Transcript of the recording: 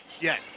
Yes